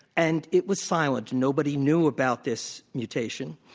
and it was silent nobody knew about this mutation.